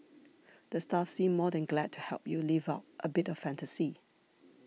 the staff seem more than glad to help you live out a bit of fantasy